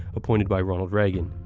appointed by ronald reagan.